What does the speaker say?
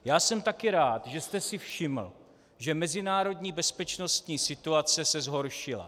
Já jsem taky rád, že jste si všiml, že mezinárodní bezpečnostní situace se zhoršila.